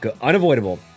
Unavoidable